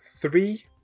Three